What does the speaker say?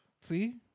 See